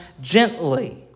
gently